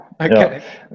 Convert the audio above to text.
Okay